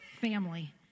family